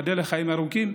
ייבדל לחיים ארוכים,